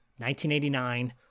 1989